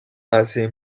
hace